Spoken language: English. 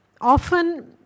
often